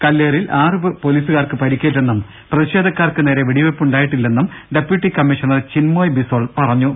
കല്ലേറിൽ ആറു പൊലീസുകാർക്ക് പരിക്കേറ്റെന്നും പ്രതിഷേധക്കാർക്കുനേരെ വെടിവെപ്പുണ്ടാ യിട്ടില്ലെന്നും ഡെപ്യൂട്ടി കമ്മീഷണർ ചിൻമോയ് ബിസോൾ പറഞ്ഞു